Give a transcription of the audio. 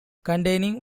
containing